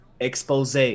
Expose